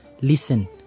Listen